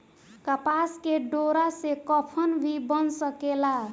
कपास के डोरा से कफन भी बन सकेला